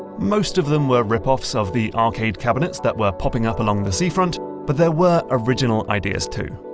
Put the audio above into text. most of them were rip-offs of the arcade cabinets that were popping up along the seafront but there were original ideas too.